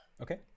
Okay